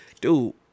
dude